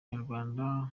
nyarwanda